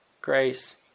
grace